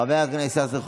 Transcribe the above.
חבר הכנסת משה סעדה,